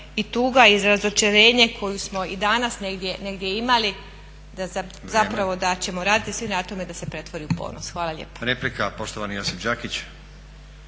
i tuga i razočarenje koju smo i danas negdje imali, zapravo da ćemo raditi svi na tome da se pretvori u ponos. Hvala lijepo.